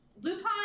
Lupin